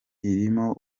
irimo